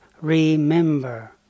remember